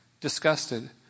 disgusted